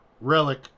Relic